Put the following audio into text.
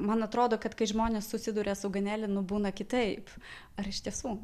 man atrodo kad kai žmonės susiduria su ganelinu būna kitaip ar iš tiesų